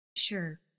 Sure